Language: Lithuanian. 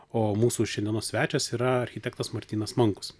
o mūsų šiandienos svečias yra architektas martynas mankus